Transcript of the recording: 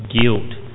guilt